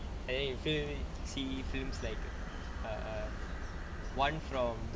and then you fill see films like err err one from